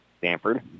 Stanford